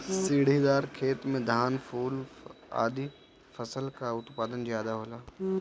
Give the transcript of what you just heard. सीढ़ीदार खेती में धान, फूल आदि फसल कअ उत्पादन ज्यादा होला